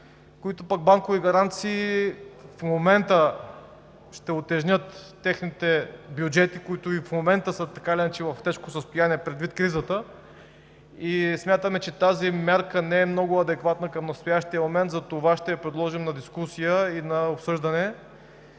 които пък банкови гаранции в момента ще утежнят техните бюджети, които и в момента са така или иначе в тежко състояние предвид кризата. Смятаме, че тази мярка не е много адекватна в настоящия момент, затова ще я предложим на дискусия и обсъждане.